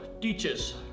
teachers